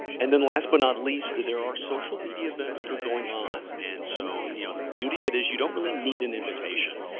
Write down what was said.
and then last but not least, there are social media events that are going on. and so the you know the beauty of it is you don't really need an invitation.